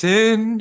Sin